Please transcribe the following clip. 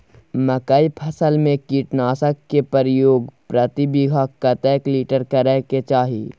मकई फसल में कीटनासक के प्रयोग प्रति बीघा कतेक लीटर करय के चाही?